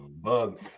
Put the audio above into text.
Bug